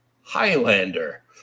Highlander